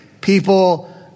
people